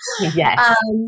Yes